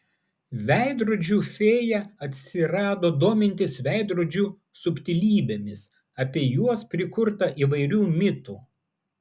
veidrodžių fėja atsirado domintis veidrodžių subtilybėmis apie juos prikurta įvairių mitų